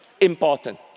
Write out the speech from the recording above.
important